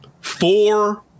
four